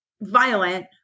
violent